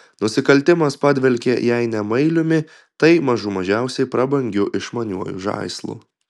nusikaltimas padvelkė jei ne mailiumi tai mažų mažiausiai prabangiu išmaniuoju žaislu